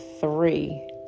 three